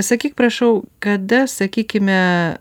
sakyk prašau kada sakykime